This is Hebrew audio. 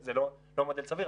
זה לא מודל סביר.